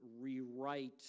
rewrite